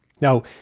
Now